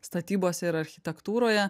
statybose ir architektūroje